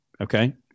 okay